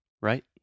right